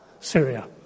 Syria